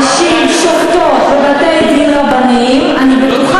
שופטות בבתי-דין רבניים.